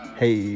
hey